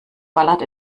ballert